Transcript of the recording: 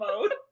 mode